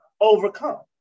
overcome